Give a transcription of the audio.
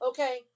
Okay